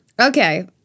Okay